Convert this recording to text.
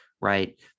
right